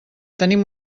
tenim